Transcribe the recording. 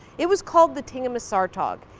it was called the tingmissartoq.